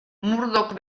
murdoch